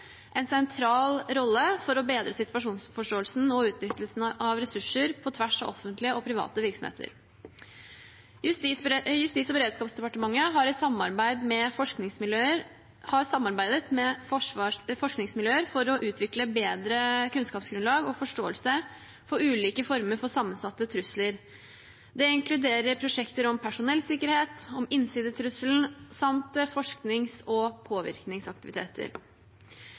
en sentral rolle for å bedre situasjonsforståelsen og utnyttelsen av ressurser på tvers av offentlige og private virksomheter. Justis- og beredskapsdepartementet har samarbeidet med forskningsmiljøer for å utvikle bedre kunnskapsgrunnlag og forståelse for ulike former for sammensatte trusler. Det inkluderer prosjekter om personellsikkerhet, om innsidetrusselen samt forsknings- og